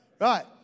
Right